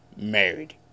married